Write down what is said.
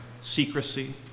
Secrecy